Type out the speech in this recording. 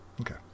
Okay